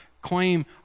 claim